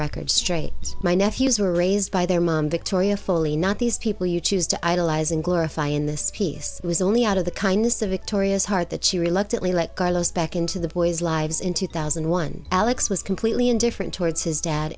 record straight my nephews were raised by their mom victoria fully not these people you choose to idolize and glorify in this piece was only out of the kindness of victoria's heart that she reluctantly let carlos back into the boys lives in two thousand and one alex was completely indifferent towards his dad